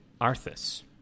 Arthas